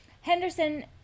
Henderson